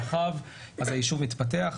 רחב אז היישוב מתפתח.